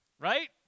Right